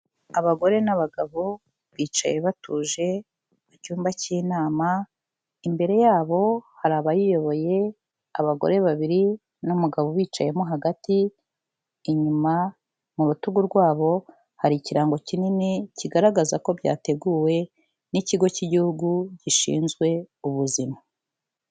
Abagore n'abagabo bicaye batuje mu cyumba cy'inama, imbere yabo hari abayiyoboye, abagore babiri n'umugabo bicayemo hagati, inyuma mu rutugu rwabo, hari ikirango kinini kigaragaza ko byateguwe n'ikigo cy'igihugu gishinzwe ubuzima.